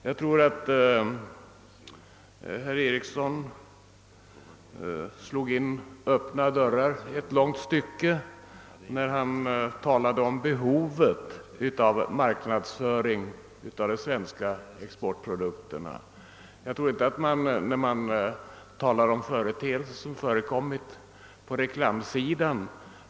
Jag tror att herr Ericsson slog in öppna dörrar när han talade om behovet av marknadsföring av de svenska exportprodukterna. Jag tror inte man skall generalisera när man skildrar en del företeelser som förekommit på reklamsidan.